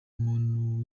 umuntu